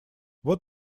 вот